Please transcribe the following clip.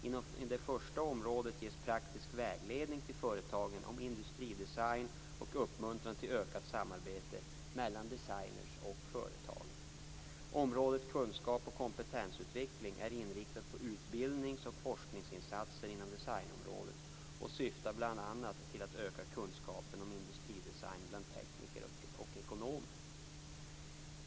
Inom det första området ges praktisk vägledning till företagen om industridesign och uppmuntran till ökat samarbete mellan designer och företag. Området kunskaps och kompetensutveckling är inriktat på utbildnings och forskarinsatser inom designområdet och syftar bl.a. till att öka kunskapen om industridesign bland tekniker och ekonomer.